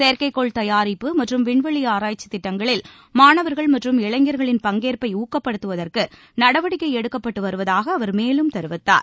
செயற்கை கோள் தயாரிப்பு மற்றும் விண்வெளி ஆராய்ச்சித் திட்டங்களில் மாணவர்கள் மற்றும் இளைஞர்களின் பங்கேற்பை ஊக்கப்படுத்துவதற்கு நடவடிக்கை எடுக்கப்பட்டு வருவதாக அவர் மேலும் தெரிவித்தார்